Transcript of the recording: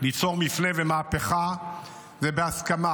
ליצור מפנה ומהפכה זה בהסכמה.